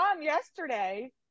yesterday